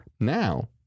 Now